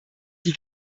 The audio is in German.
die